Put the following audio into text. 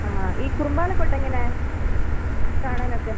അ ഈ കുറുമ്പാലക്കോട്ട എങ്ങനെ കാണാനൊക്കെ